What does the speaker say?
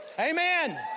Amen